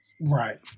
Right